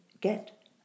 get